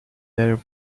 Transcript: their